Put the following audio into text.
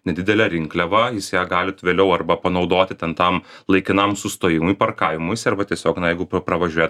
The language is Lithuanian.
nedidelę rinkliavą jis ją galit vėliau arba panaudoti ten tam laikinam sustojimui parkavimuisi arba tiesiog na jeigu pra pravažiuoja